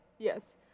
Yes